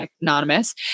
anonymous